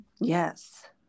Yes